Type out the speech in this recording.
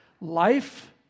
Life